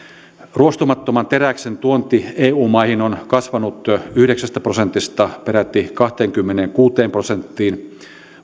ruostumattoman teräksen tuonti eu maihin on kasvanut yhdeksästä prosentista peräti kahteenkymmeneenkuuteen prosenttiin